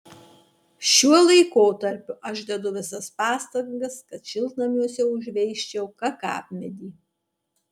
šiuo laikotarpiu aš dedu visas pastangas kad šiltnamiuose užveisčiau kakavmedį